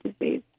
disease